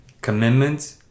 Commitment